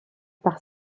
par